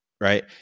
right